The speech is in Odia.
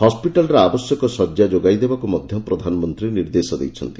ହସ୍କିଟାଲରେ ଆବଶ୍ୟକ ଶଯ୍ୟା ଯୋଗାଇଦେବାକୁ ମଧ୍ଧ ପ୍ରଧାନମନ୍ତୀ ନିର୍ଦ୍ଦେଶ ଦେଇଛନ୍ତି